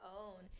own